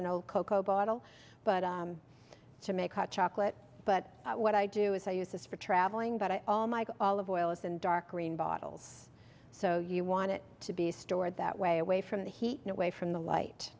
an old cocoa bottle but to make hot chocolate but what i do is i use this for traveling but i all my olive oil is in dark green bottles so you want it to be stored that way away from the heat away from the light